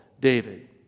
David